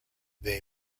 they